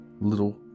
little